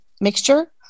mixture